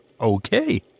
Okay